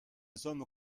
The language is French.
sommes